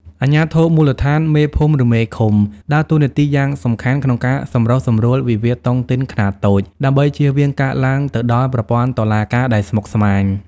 អាជ្ញាធរមូលដ្ឋាន (មេភូមិ ឬមេឃុំ) ដើរតួនាទីយ៉ាងសំខាន់ក្នុងការសម្រុះសម្រួលវិវាទតុងទីនខ្នាតតូច ដើម្បីជៀសវាងការឡើងទៅដល់ប្រព័ន្ធតុលាការដែលស្មុគស្មាញ។